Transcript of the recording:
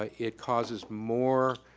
ah it causes more